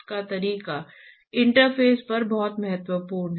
इसलिए हमने मान लिया है कि यह स्थिर है